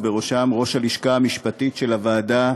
ובראשם ראש הלשכה המשפטית של הוועדה,